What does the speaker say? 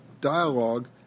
dialogue